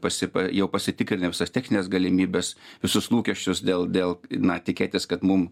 pasipa jau pasitikrinę visas technines galimybes visus lūkesčius dėl dėl na tikėtis kad mum